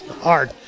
hard